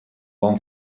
bon